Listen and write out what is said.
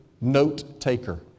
note-taker